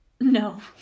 no